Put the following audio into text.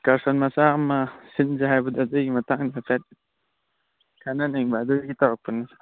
excursion ꯃꯆꯥ ꯑꯃ ꯁꯤꯟꯁꯦ ꯍꯥꯏꯕꯗꯨ ꯑꯗꯨꯒꯤ ꯃꯇꯥꯡꯗ ꯍꯥꯏꯐꯦꯠ ꯈꯟꯅꯅꯤꯡꯕ ꯑꯗꯨꯒꯤ ꯇꯧꯔꯛꯄꯅꯤ ꯁꯥꯔ